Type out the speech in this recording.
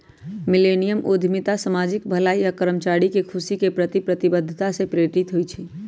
millennium उद्यमिता सामाजिक भलाई आऽ कर्मचारी के खुशी के प्रति प्रतिबद्धता से प्रेरित होइ छइ